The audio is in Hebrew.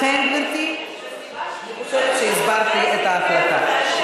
לכן, גברתי, אני חושבת שהסברתי את ההחלטה.